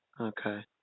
okay